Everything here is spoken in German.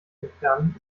entfernen